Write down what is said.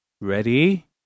Ready